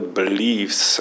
beliefs